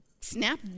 Snap